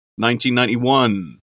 1991